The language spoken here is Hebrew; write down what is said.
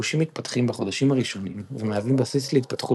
החושים מתפתחים בחודשים הראשונים ומהווים בסיס להתפתחות